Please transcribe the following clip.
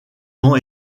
ans